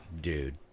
Dude